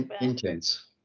intense